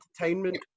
entertainment